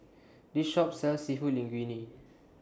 This Shop sells Seafood Linguine